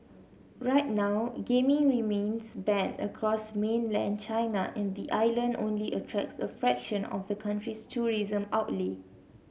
right now gaming remains banned across mainland China and the island only attracts a fraction of the country's tourism outlay